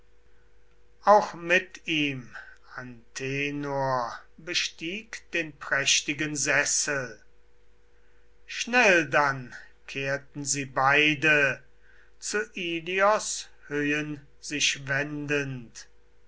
auch mit ihm antenor bestieg den prächtigen sessel schnell dann kehrten sie beide zu ilios höhen sich wendend